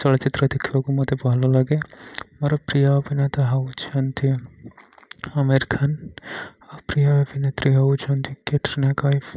ଚଳଚ୍ଚିତ୍ର ଦେଖିବାକୁ ମୋତେ ଭଲ ଲାଗେ ମୋର ପ୍ରିୟ ଅଭିନେତା ହେଉଛନ୍ତି ଅମୀର ଖାନ ଆଉ ପ୍ରିୟ ଅଭିନେତ୍ରୀ ହେଉଛନ୍ତି କଟ୍ରିନା କୈଫ